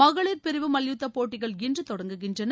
மகளிர் பிரிவு மல்யுத்த போட்டிகள் இன்று தொடங்குகின்றன